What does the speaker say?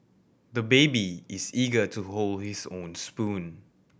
the baby is eager to hold his own spoon